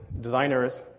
designers